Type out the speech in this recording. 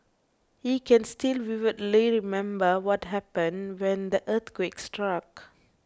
he can still vividly remember what happened when the earthquake struck